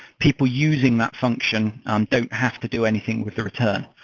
people using that function um don't have to do anything with the return.